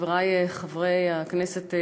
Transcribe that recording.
חברי חברי הכנסת,